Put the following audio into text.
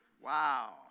Wow